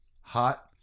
Hot